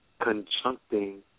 conjuncting